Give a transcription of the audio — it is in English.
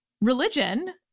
religion